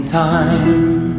time